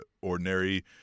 ordinary